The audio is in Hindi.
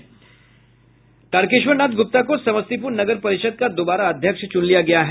तारकेश्वर नाथ गुप्ता को समस्तीपुर नगर परिषद का दोबारा अध्यक्ष चुन लिया गया है